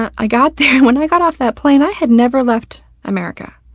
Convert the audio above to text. i got there. when i got off that plane, i had never left america.